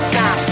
Stop